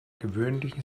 gewöhnlichen